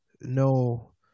no